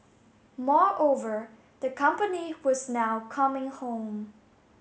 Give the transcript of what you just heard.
moreover the company was now coming home